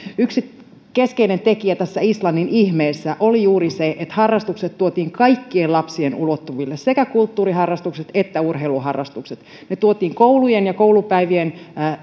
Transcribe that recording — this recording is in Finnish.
yksi keskeinen tekijä tässä islannin ihmeessä oli juuri se että harrastukset tuotiin kaikkien lapsien ulottuville sekä kulttuuriharrastukset että urheiluharrastukset ne tuotiin koulujen ja koulupäivien